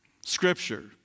Scripture